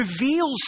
reveals